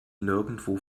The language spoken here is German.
nirgendwo